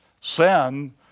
sin